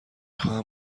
خواهم